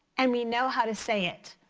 and we know how to say it.